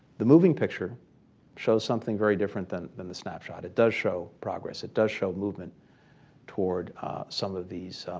the moving picture shows something very different than than the snapshot. it does show progress. it does show movement toward some of these